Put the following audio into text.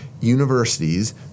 universities